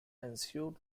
ensued